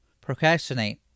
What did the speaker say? procrastinate